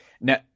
now